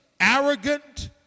arrogant